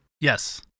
Yes